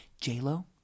J-Lo